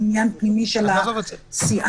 עניין פנימי של הסיעה,